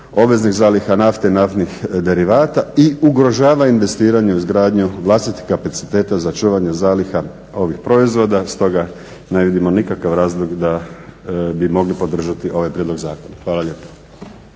obveznih zaliha nafte i naftnih derivata i ugrožava investiranje u izgradnju vlastitih kapaciteta za čuvanje zaliha ovih proizvoda, stoga ne vidimo nikakav razlog da bi mogli podržati ovaj prijedlog zakona. Hvala lijepa.